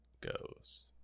goes